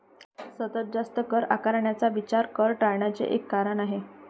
सतत जास्त कर आकारण्याचा विचार कर टाळण्याचे एक कारण आहे